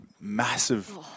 massive